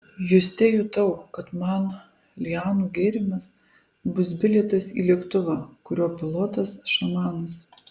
juste jutau kad man lianų gėrimas bus bilietas į lėktuvą kurio pilotas šamanas